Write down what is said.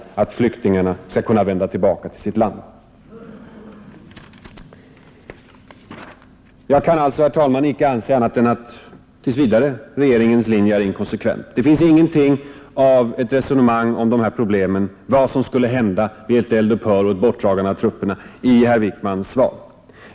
Annars är ju de önskningar härom som uttryckts ingenting annat än tomma ord. Jag kan, herr talman, tills vidare inte anse annat än att regeringens linje är inkonsekvent. Det finns inget resonemang om dessa problem — vad som skulle hända vid ett eld-upphör och ett bortdragande av trupperna — i herr Wickmans svar.